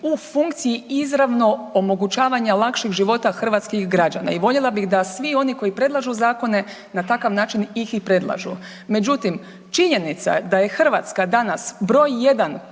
u funkciji izravnog omogućavanja lakšeg života hrvatskih građana i voljela bih da svi oni koji predlažu zakone na takav način ih i predlažu. Međutim, činjenica je da je Hrvatska danas broj jedan